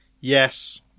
Yes